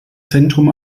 zentrum